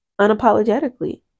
unapologetically